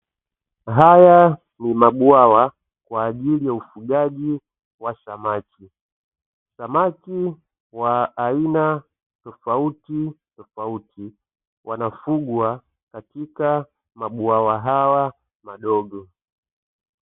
Haya ni mabwawa kwa ajili ya ufugaji wa samaki, samaki wa aina tofauti tofauti wanafugwa katika mabwawa haya madogo.